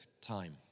time